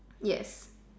yes